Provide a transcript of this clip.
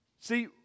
See